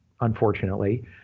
unfortunately